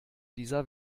dieser